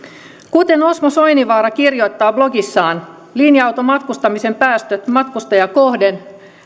kuten osmo soininvaara kirjoittaa blogissaan linja automatkustamisen päästöt matkustajaa kohden